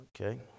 Okay